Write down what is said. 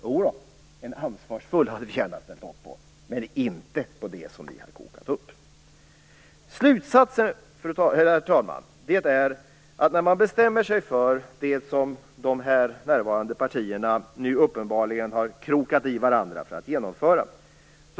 Jo, vi hade gärna ställt upp på en ansvarsfull sådan, men inte på det som ni har kokat ihop. Herr talman! Slutsatsen är att de närvarande partierna nu uppenbarligen har bestämt sig för att genomföra detta.